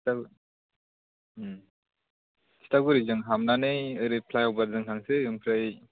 औ तितागुरिजों हाबनानै ओरै फ्लाइअभार जों थांनोसै ओमफ्राय